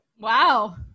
Wow